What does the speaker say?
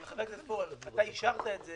אבל חבר הכנסת פורר, אתה אישרת את זה